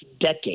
decade